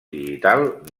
digital